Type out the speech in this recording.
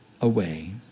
away